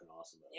awesome